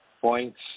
points